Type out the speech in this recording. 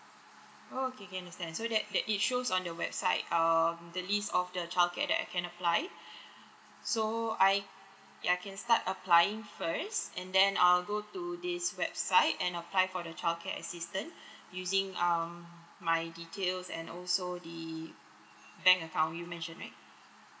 okay kay~ understand so that that it shows on the website um the list of the childcare that I can apply so I I can start applying first and then I'll go to this website and apply for the childcare assistant using um my details and also the bank account you mention right